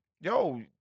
yo